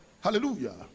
hallelujah